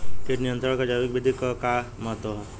कीट नियंत्रण क जैविक विधि क का महत्व ह?